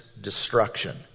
destruction